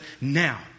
now